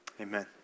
Amen